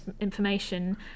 information